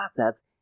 assets